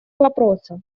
вопроса